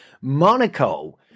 Monaco